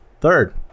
Third